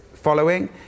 following